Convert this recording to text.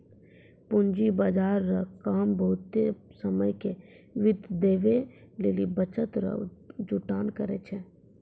पूंजी बाजार रो काम बहुते समय के वित्त देवै लेली बचत रो जुटान करै छै